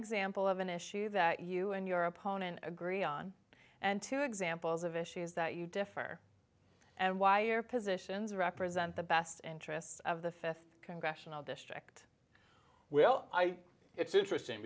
example of an issue that you and your opponent agree on and two examples of issues that you differ and why air positions represent the best interests of the fifth congressional district well i it's interesting